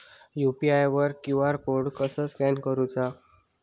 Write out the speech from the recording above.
UPI वर QR code कसा scan करूचा?